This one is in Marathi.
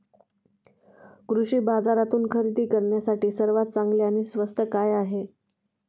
कृषी बाजारातून खरेदी करण्यासाठी सर्वात चांगले आणि स्वस्त काय आहे?